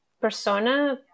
persona